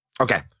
Okay